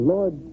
Lord